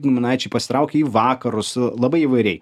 giminaičiai pasitraukė į vakarus labai įvairiai